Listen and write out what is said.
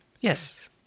Yes